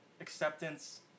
acceptance